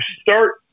start